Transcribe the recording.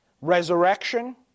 resurrection